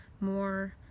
more